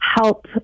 help